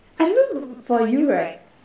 I don't know for you right